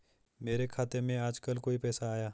मेरे खाते में आजकल कोई पैसा आया?